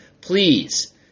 please